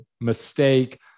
mistake